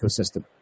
ecosystem